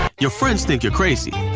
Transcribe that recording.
your friends think you're crazy.